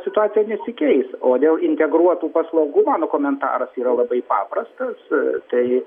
situacija nesikeis o dėl integruotų paslaugų mano komentaras yra labai paprastas tai